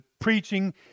preaching